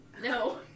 No